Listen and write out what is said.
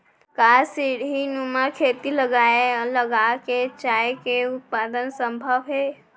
का सीढ़ीनुमा खेती लगा के चाय के उत्पादन सम्भव हे?